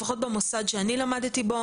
לפחות במוסד שאני למדתי בו,